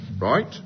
Right